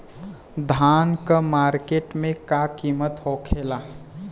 धान क मार्केट में का कीमत होखेला?